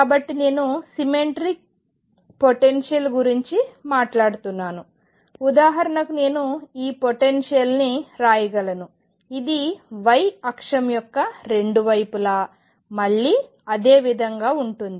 కాబట్టి నేను symmetric potentials గురించి మాట్లాడుతున్నాను ఉదాహరణకు నేను ఈ పొటెన్షియల్ని వ్రాయగలను ఇది y అక్షం యొక్క రెండు వైపులా మళ్లీ అదే విధంగా ఉంటుంది